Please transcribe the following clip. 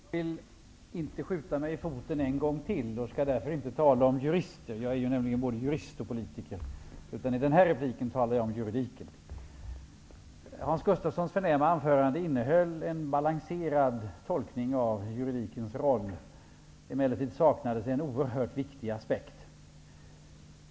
Herr talman! Jag vill inte skjuta mig i foten en gång till. Därför skall jag inte tala om jurister. Jag är nämligen både jurist och politiker. I den här repliken skall jag tala om juridiken. Hans Gustafssons förnämliga anförande innehöll en balanserad tolkning av juridikens roll. Det saknades emellertid en oerhört viktig aspekt.